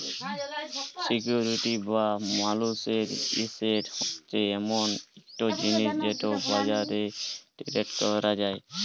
security বা মালুসের asset হছে এমল ইকট জিলিস যেটকে বাজারে টেরেড ক্যরা যায়